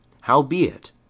howbeit